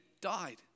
died